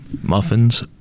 Muffins